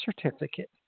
certificate